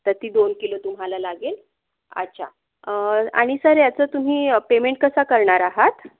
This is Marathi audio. तर ती दोन किलो तुम्हाला लागेल अच्छा आणि सर याचं तुम्ही पेमेंट कसं करणार आहात